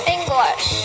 English